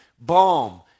balm